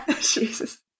Jesus